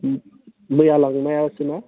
मैया लांनायासोना